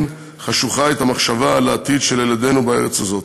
זווית חשוכה את המחשבה על העתיד של ילדינו בארץ הזאת.